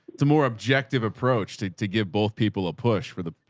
it's a more objective approach to, to give both people a push for the,